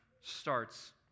starts